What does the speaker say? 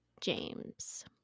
James